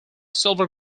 silver